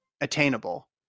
attainable